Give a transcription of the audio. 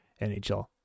NHL